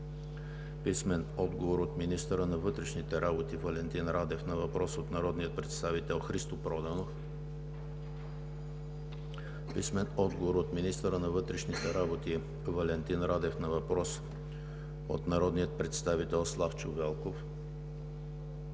Николай Цонков; - министъра на вътрешните работи Валентин Радев на въпрос от народния представител Христо Проданов; - министъра на вътрешните работи Валентин Радев на въпрос от народния представител Славчо Велков;